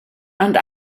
and